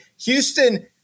Houston